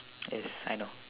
yes I know